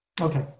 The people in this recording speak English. Okay